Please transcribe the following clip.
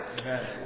Amen